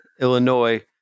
Illinois